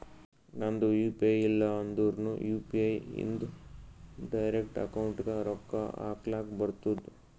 ನಂದ್ U P I ಇಲ್ಲ ಅಂದುರ್ನು ಯು.ಪಿ.ಐ ಇಂದ್ ಡೈರೆಕ್ಟ್ ಅಕೌಂಟ್ಗ್ ರೊಕ್ಕಾ ಹಕ್ಲಕ್ ಬರ್ತುದ್